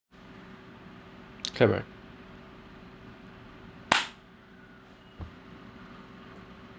clap right